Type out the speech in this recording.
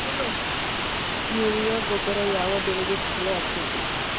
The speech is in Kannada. ಯೂರಿಯಾ ಗೊಬ್ಬರ ಯಾವ ಬೆಳಿಗೆ ಛಲೋ ಆಕ್ಕೆತಿ?